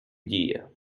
діє